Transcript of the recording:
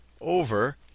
over